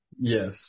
Yes